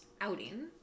outing